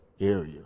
area